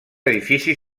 edifici